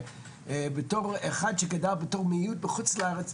ובתור אחד שגדל כמיעוט בחוץ לארץ,